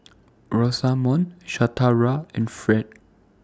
Rosamond Shatara and Ferd